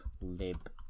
Lib